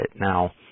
Now